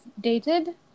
dated